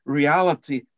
reality